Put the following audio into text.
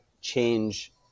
Change